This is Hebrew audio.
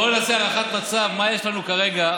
בוא נעשה הערכת מצב מה יש לנו כרגע.